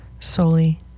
solely